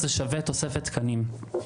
אבל, זה הזוי.